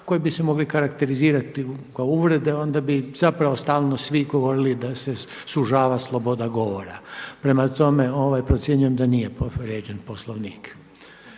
koji bi se mogli karakterizirati kao uvrede, onda bi zapravo stalno svi govorili svi da se sužava sloboda govora. Prema tome, procjenjujem da nije povrijeđen Poslovnik.